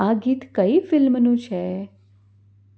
આ ગીત કઈ ફિલ્મનું છે